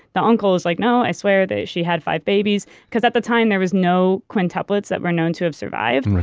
the uncle is like, no. i swear that she had five babies. because at the time there were no quintuplets that were known to have survived.